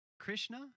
Krishna